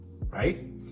right